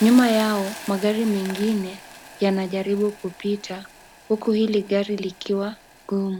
nyuma yao magari mengine yanajaribu kupita huku hili gari likiwa ngumu.